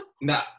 no